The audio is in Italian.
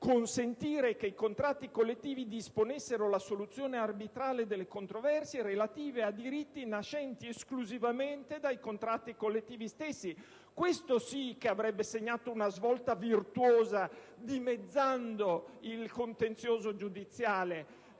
consentire che i contratti collettivi disponessero la soluzione arbitrale delle controversie relative a diritti nascenti esclusivamente dai contratti collettivi stessi. Questo sì che avrebbe segnato una svolta virtuosa, dimezzando il contenzioso giudiziale.